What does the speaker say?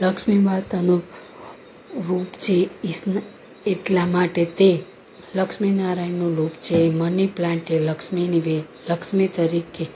લક્ષ્મી માતાનું રૂપ છે એટલા માટે તે લક્ષ્મી નારાયણનું રૂપ છે મની પ્લાન્ટએ લક્ષ્મી વેલ લક્ષ્મી તરીકે